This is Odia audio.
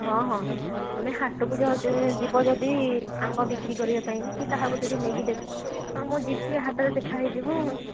ହଁ ହଁ ଆମେ ହାଟକୁ ଯାଉଛେ ଯିବ ଯଦି ଆମ୍ବ ବିକ୍ରି କରିବା ପାଇଁ କି କାହାକୁ କିଛି ନେଇ କି ଦେବା ମୁଁ ଯିବି ହାଟରେ ଦେଖା ହେଇଯିବ ଆଉ